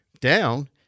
down